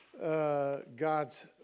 God's